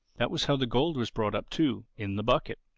that was how the gold was brought up too in the bucket.